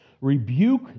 Rebuke